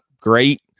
great